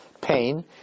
pain